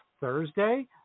Thursday